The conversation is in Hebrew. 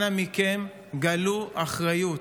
אנא מכם, גלו אחריות.